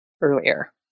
earlier